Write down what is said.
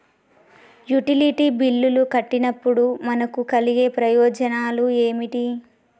Utility బిల్లులు కట్టినప్పుడు మనకు కలిగే ప్రయోజనాలు ఏమిటి?